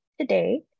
Today